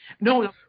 No